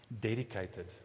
dedicated